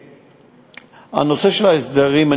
בנושא של ההסדרים בתנועה,